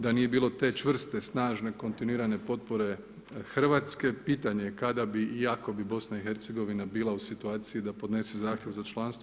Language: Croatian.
Da nije bilo te čvrste, snažne, kontinuirane potpore Hrvatske pitanje je kada bi i ako bi BiH-a bila u situaciji da podnese zahtjev za članstvo.